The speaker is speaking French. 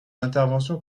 intervention